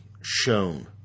shown